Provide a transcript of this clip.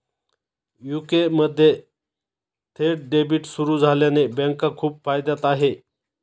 UK मध्ये थेट debit सुरू झाल्याने बँका खूप फायद्यात आहे